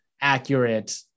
accurate